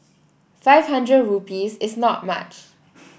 five hundred rupees is not much